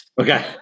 Okay